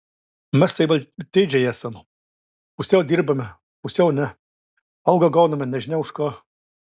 mes tai veltėdžiai esam pusiau dirbame pusiau ne algą gauname nežinia už ką